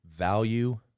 Value